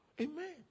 Amen